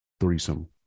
threesome